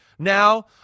Now